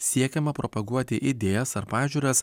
siekiama propaguoti idėjas ar pažiūras